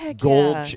gold